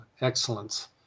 excellence